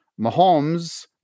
Mahomes